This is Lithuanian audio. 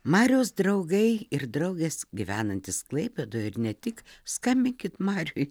mariaus draugai ir draugės gyvenantys klaipėdoj ir ne tik skambinkit mariui